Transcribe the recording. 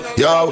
yo